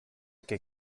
que